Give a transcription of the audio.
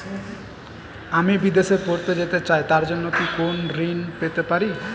আমি বিদেশে পড়তে যেতে চাই তার জন্য কি কোন ঋণ পেতে পারি?